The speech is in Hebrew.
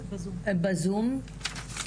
בזום.